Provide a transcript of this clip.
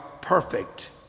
perfect